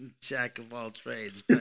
Jack-of-all-trades